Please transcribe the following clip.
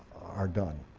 are done.